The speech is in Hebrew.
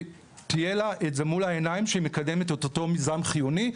יהיה לה את זה מול העיניים את אותו מיזם חיוני,